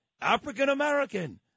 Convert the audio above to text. African-American